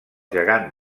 gegant